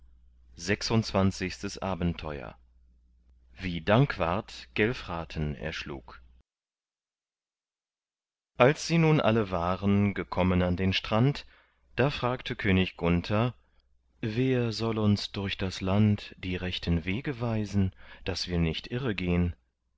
sechsundzwanzigstes abenteuer wie dankwart gelfraten erschlug als sie nun alle waren gekommen an den strand da fragte könig gunther wer soll uns durch das land die rechten wege weisen daß wir nicht irre gehn